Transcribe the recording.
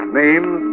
names